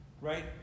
right